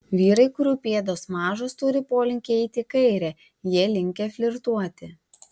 vyrai kurių pėdos mažos turi polinkį eiti į kairę jie linkę flirtuoti